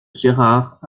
gérard